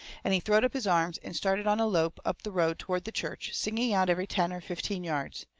and he throwed up his arms, and started on a lope up the road toward the church, singing out every ten or fifteen yards.